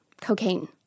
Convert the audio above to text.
cocaine